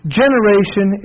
generation